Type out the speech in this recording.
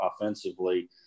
offensively